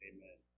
Amen